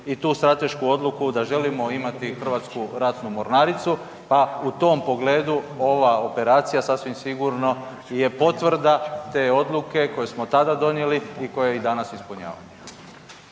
i tu stratešku odluku da želimo imati Hrvatsku ratnu mornaricu, pa u tom pogledu ova operacija sasvim sigurno je potvrda te odluke koju smo tada donijeli i koja je i danas ispunjavamo.